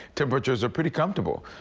temperatures are pretty comfortable.